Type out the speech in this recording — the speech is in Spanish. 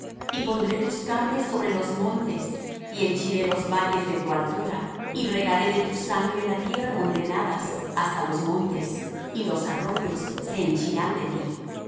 y pondré tus carnes sobre los montes y henchiré los valles de tu altura y regaré de tu sangre la tierra donde nadas hasta los montes y los arroyos se henchirán de ti